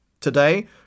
Today